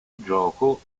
gioco